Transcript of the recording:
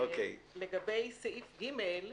לגבי סעיף קטן (ג),